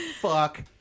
Fuck